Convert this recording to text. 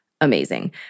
amazing